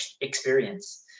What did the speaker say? experience